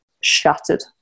shattered